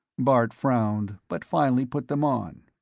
bart frowned, but finally put them on.